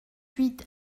huit